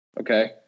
Okay